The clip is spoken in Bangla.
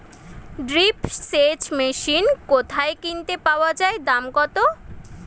ড্রিপ সেচ মেশিন কোথায় কিনতে পাওয়া যায় দাম কত?